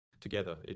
Together